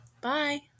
Bye